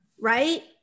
Right